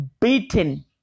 beaten